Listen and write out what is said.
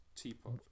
Teapot